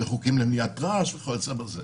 חוקים למניעת רעש וכיוצא באלה.